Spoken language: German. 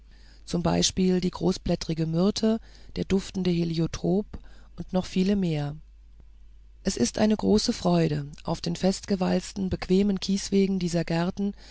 zum beispiel die großblättrige myrte der duftende heliotrop und noch viele mehr es ist eine große freude auf den festgewalzten bequemen kieswegen dieser gärten